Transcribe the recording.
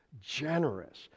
generous